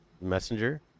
messenger